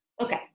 Okay